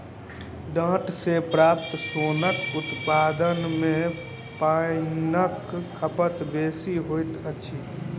डांट सॅ प्राप्त सोनक उत्पादन मे पाइनक खपत बेसी होइत अछि